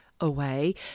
away